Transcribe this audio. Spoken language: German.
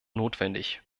notwendig